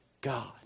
God